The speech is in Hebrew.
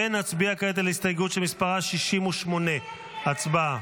נצביע כעת על הסתייגות שמספרה 68. הצבעה.